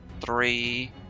three